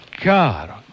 God